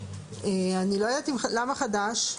למה חדש?